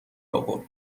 آورد